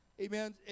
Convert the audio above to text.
Amen